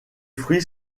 fruits